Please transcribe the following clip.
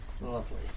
Lovely